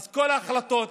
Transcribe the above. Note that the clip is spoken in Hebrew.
כל ההחלטות